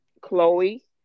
Chloe